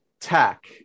tech